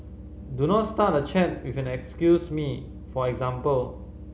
do not start a chat with an excuse me for example